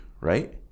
right